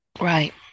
Right